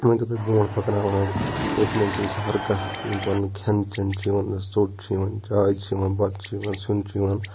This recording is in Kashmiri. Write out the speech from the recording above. مٲنتو تُہۍ بونٛٹھ پکناوان حظ یَتھ منٛز چھِ أسۍ ہَر کانٛہہ پَنُن کھؠن چؠن چھِ یِوان حظ ژوٚٹ چھِ یِوان چاے چھِ یِوان بَتہٕ چھِ یِوان سِیُن چھِ یِوان